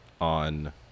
on